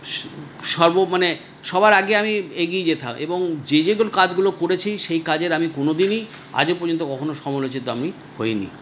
স সর্ব মানে সবার আগে আমি এগিয়ে যেতাম এবং যে যে গুলো কাজগুলো করেছি সেই কাজের আমি কোনও দিনই আজও পর্যন্ত কখনও সমালোচিত আমি হইনি